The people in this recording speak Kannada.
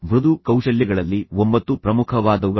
ಮೃದು ಕೌಶಲ್ಯಗಳಲ್ಲಿ ಒಂಬತ್ತು ಪ್ರಮುಖವಾದವುಗಳು